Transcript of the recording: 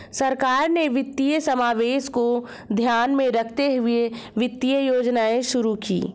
सरकार ने वित्तीय समावेशन को ध्यान में रखते हुए वित्तीय योजनाएं शुरू कीं